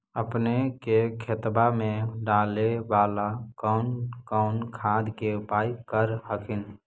अपने के खेतबा मे डाले बाला कौन कौन खाद के उपयोग कर हखिन?